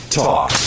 talk